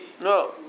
No